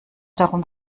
darum